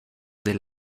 del